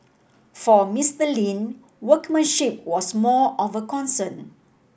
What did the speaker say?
for Mister Lin workmanship was more of a concern